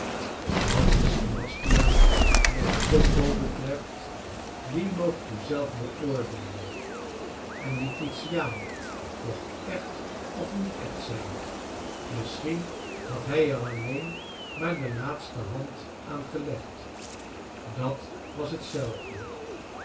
wat dien sebastiaan del pombo betreft dien moogt u zelf beoordeelen en die titiaan mqcht echt of niet echt zijn misschien had hrj er alleen maar de laatste hand aan gelegd dat was hetzelfde